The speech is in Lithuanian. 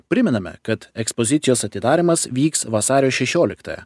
primename kad ekspozicijos atidarymas vyks vasario šešioliktąją